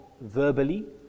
verbally